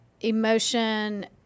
emotion